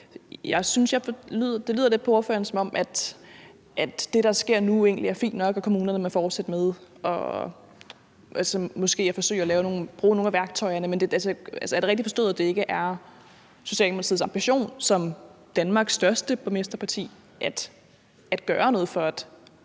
jeg synes, at det lidt lyder på ordføreren, som om det, der sker nu, egentlig er fint nok, og at kommunerne må fortsætte med måske at forsøge at bruge nogle af værktøjerne. Er det rigtigt forstået, at det ikke er Socialdemokratiets ambition som Danmarks største borgmesterparti at gøre noget for at